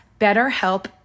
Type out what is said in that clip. BetterHelp